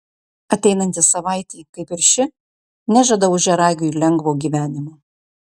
ateinanti savaitė kaip ir ši nežada ožiaragiui lengvo gyvenimo